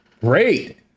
great